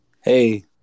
Hey